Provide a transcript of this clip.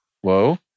Whoa